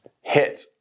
hit